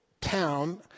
town